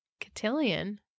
Cotillion